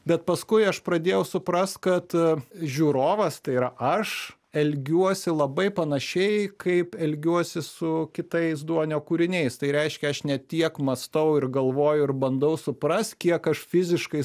bet paskui aš pradėjau suprast kad žiūrovas tai yra aš elgiuosi labai panašiai kaip elgiuosi su kitais duonio kūriniais tai reiškia aš ne tiek mąstau ir galvoju ir bandau suprast kiek aš fiziškai